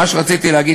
מה שרציתי להגיד,